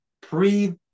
pre